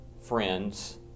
friends